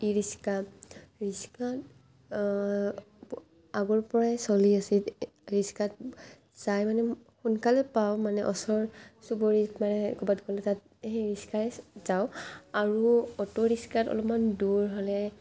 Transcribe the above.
ই rickshaw rickshaw আগৰ পৰাই চলি আছিল ৰিক্সাত যাই মানে সোনকালে পাওঁ মানে ওচৰ চুবুৰীত মানে ক'ৰবাত গ'লে তাত সেই ৰিক্সাই যাওঁ আৰু অটোৰিক্সাত অলপমান দূৰ হ'লে